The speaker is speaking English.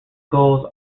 goals